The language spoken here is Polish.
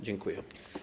Dziękuję.